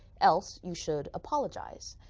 else you should apologize.